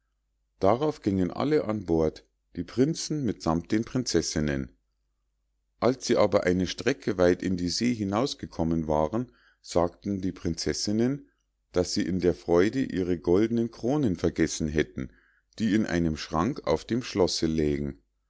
darauf gingen alle an bord die prinzen mit sammt den prinzessinnen als sie aber eine strecke weit in die see hinausgekommen waren sagten die prinzessinnen daß sie in der freude ihre goldnen kronen vergessen hätten die in einem schrank auf dem schlosse lägen